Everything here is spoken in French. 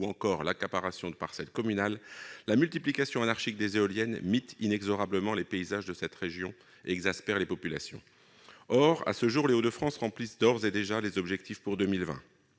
ou encore l'accaparement de parcelles communales, la multiplication anarchique des éoliennes mite inexorablement les paysages de cette région et exaspère la population. Or, à ce jour, la région Hauts-de-France remplit déjà ses objectifs pour 2020.